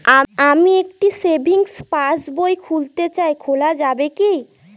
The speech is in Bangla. আমি একটি সেভিংস পাসবই খুলতে চাই খোলা যাবে কি?